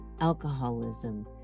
alcoholism